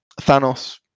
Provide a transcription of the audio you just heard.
Thanos